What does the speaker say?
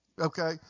okay